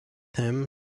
him